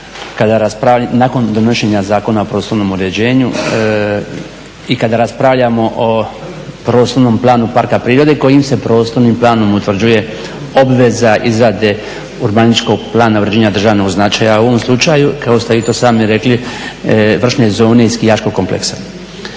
nakon donošenja Zakona o prostornom uređenju i kada raspravljamo o prostornom planu parka prirode, kojim se prostornim planom utvrđuje obveza izrade urbanističkog plana uređenja državnog značaja, u ovom slučaju, kako ste vi to i sami rekli, vršne zove i skijaškog kompleksa.